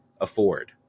afford